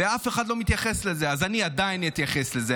ואף אחד לא מתייחס לזה, אז אני עדיין אתייחס לזה.